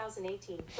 2018